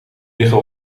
liggen